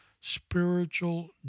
spiritual